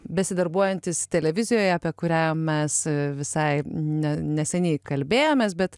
besidarbuojantis televizijoje apie kurią mes visai ne neseniai kalbėjomės bet